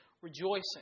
rejoicing